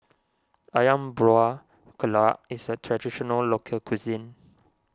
Ayam Buah Keluak is a Traditional Local Cuisine